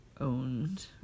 owned